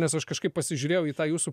nes aš kažkaip pasižiūrėjau į tą jūsų